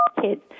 kids